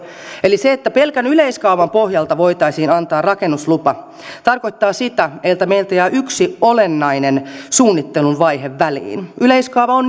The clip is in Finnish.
se että pelkän yleiskaavan pohjalta voitaisiin antaa rakennuslupa tarkoittaa sitä että meiltä jää yksi olennainen suunnittelun vaihe väliin yleiskaava on